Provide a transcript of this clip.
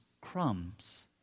crumbs